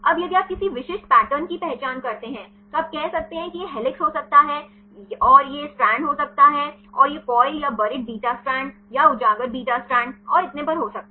अब यदि आप किसी विशिष्ट पैटर्न की पहचान करते हैं तो आप कह सकते हैं कि यह हेलिक्स हो सकता है और यह स्ट्रैंड हो सकता है और यह कॉइल या बुरीद बीटा स्ट्रैंड या उजागर बीटा स्ट्रैंड और इतने पर हो सकता है